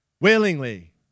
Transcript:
willingly